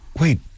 wait